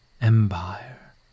empire